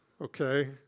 okay